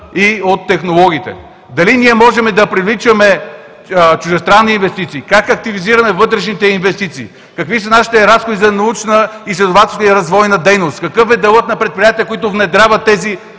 и от технологиите – дали ние можем да привличаме чуждестранни инвестиции, как активизираме вътрешните инвестиции, какви са нашите разходи за научна, изследователска и развойна дейност, какъв е делът на предприятията, които внедряват тези